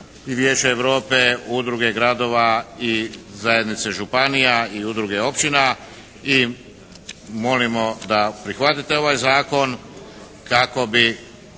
i Vijeća Europe, udruge gradova i zajednice županija i udruge općina i molimo da prihvatite ovaj zakon kako bi